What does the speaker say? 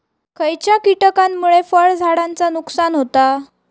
खयच्या किटकांमुळे फळझाडांचा नुकसान होता?